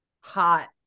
hot